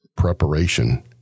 preparation